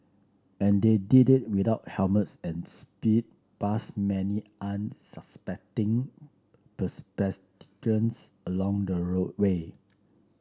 and they did it without helmets and sped past many unsuspecting pedestrians along the route way